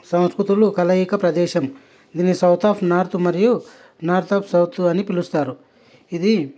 సంస్కృతుల కలయిక ప్రదేశం దీన్ని సౌత్ అఫ్ నార్త్ మరియు నార్త్ అఫ్ సౌత్ అని పిలుస్తారు ఇది